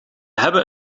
hebben